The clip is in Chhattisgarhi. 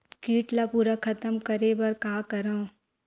कीट ला पूरा खतम करे बर का करवं?